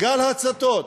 "גל הצתות: